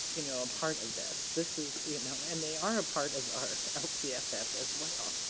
you know, a part of this, this is you know and they are a part of our lcff as well.